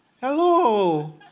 Hello